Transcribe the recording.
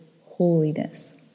holiness